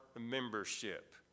membership